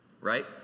right